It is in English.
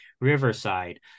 Riverside